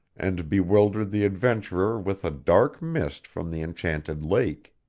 and bewildered the adventurer with a dark mist from the enchanted lake.